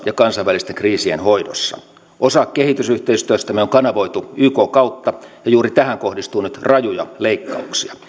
ja kansainvälisten kriisien hoidossa osa kehitysyhteistyöstämme on kanavoitu ykn kautta ja juuri tähän kohdistuu nyt rajuja leikkauksia